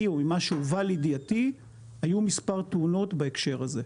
וממה שהובא לידיעתי היו מספר תלונות בהקשר הזה.